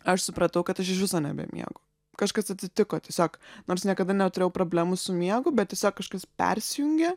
aš supratau kad aš iš viso nebemiegu kažkas atsitiko tiesiog nors niekada neturėjau problemų su miegu bet tiesiog kažkas persijungė